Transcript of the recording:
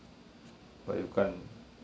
but you can't